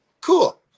cool